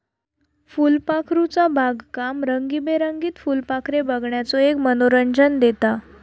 फुलपाखरूचा बागकाम रंगीबेरंगीत फुलपाखरे बघण्याचो एक मनोरंजन देता